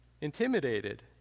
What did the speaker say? intimidated